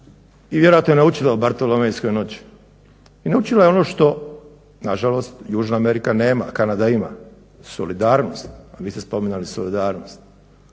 i vjerojatno je naučila o Bartolomejskoj noći. I naučila je ono što na žalost južna Amerika nema, a Kanada ima solidarnost, a vi ste spominjali solidarnost.